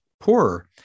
poorer